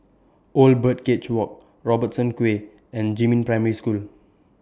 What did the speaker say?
Old Birdcage Walk Robertson Quay and Jiemin Primary School